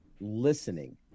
listening